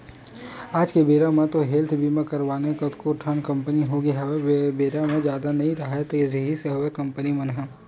आज के बेरा म तो हेल्थ बीमा करे वाले कतको ठन कंपनी होगे हवय पहिली बेरा म जादा नई राहत रिहिस हवय कंपनी मन ह